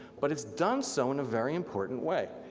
but it's done so in a very important way.